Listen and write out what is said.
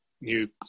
new